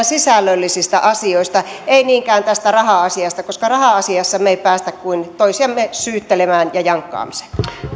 sisällöllisistä asioista ei niinkään tästä raha asiasta koska raha asiassa me emme pääse kuin toisiamme syyttelemään ja jankkaamiseen